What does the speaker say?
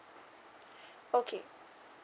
okay